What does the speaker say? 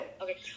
Okay